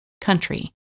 country